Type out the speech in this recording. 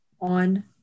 on